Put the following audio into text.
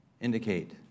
indicate